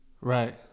Right